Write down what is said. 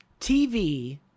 TV –